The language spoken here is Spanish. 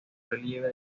relieve